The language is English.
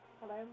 Hello